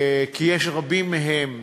כי יש רבים מהם,